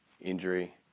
injury